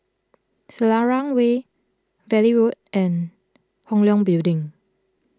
Selarang Way Valley Road and Hong Leong Building